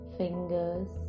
fingers